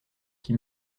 qui